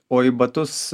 o į batus